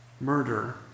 murder